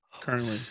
Currently